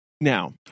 Now